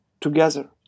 together